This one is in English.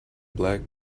black